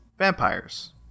vampires